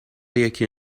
یکی